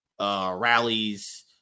rallies